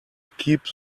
keep